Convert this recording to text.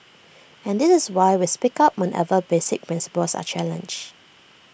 and this is why we speak up whenever basic principles are challenged